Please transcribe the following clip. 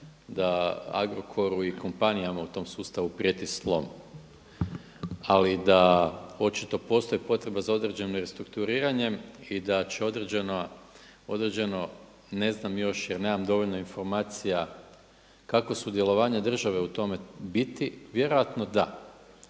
da Agrokoru i kompanijama u tom sustavu prijeti slom ali da očito postoji potreba za određenim restrukturiranjem i da će određeno, ne znam još jer nemam dovoljno informacija, kakvo sudjelovanje države u tome biti, vjerojatno da.